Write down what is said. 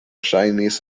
ŝajnis